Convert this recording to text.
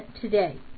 today